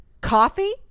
coffee